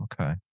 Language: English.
Okay